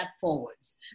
forwards